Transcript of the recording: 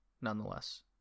Nonetheless